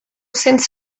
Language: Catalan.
cents